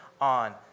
on